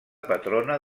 patrona